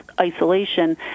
isolation